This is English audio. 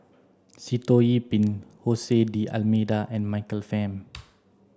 Sitoh Yih Pin Jose D'almeida and Michael Fam